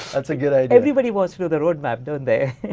that's a good idea. everybody want's to know the roadmap don't they?